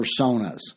personas